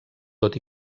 tot